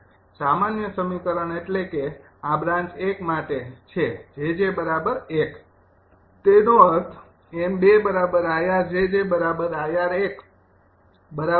સામાન્ય સમીકરણ એટલે કે આ બ્રાન્ચ ૧ માટે છે 𝑗𝑗૧ તે નો અર્થ 𝑚૨𝐼𝑅𝑗𝑗𝐼𝑅૧ ૨ બરાબર